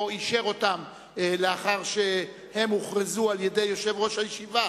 או אישר לאחר שהוכרזו על-ידי יושב-ראש הישיבה,